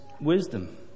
wisdom